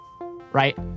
right